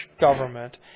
government